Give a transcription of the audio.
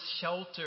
shelter